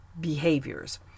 behaviors